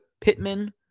Pittman